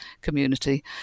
community